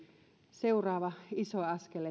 seuraava iso askel